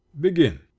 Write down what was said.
Begin